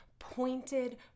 pointed